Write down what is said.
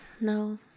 No